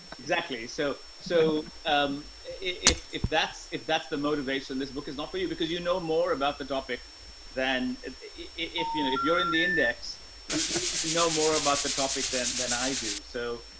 exactly. so, so, um, if, if that's, if that's the motivation, this book is not for you because you know more about the topic than if, you know, if you're in the index, you know more about the topic then than i do. so,